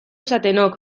zatenok